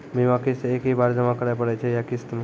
बीमा किस्त एक ही बार जमा करें पड़ै छै या किस्त मे?